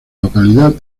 localidad